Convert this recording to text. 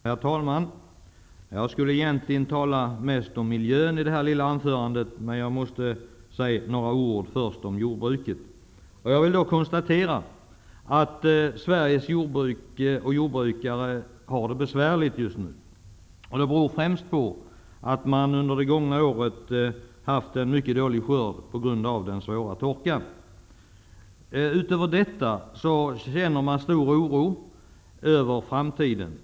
Herr talman! Jag hade tänkt att mest tala om miljön, men jag vill börja med att säga några ord om jordbruket. Jag vill då konstatera att Sveriges jordbrukare har det besvärligt just nu. Det beror främst på att man i år haft en mycket dålig skörd på grund av den svåra torkan. Jordbrukarna känner en stor oro för framtiden.